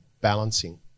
balancing